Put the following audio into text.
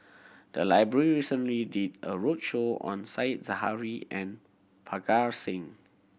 the library recently did a roadshow on Said Zahari and Parga Singh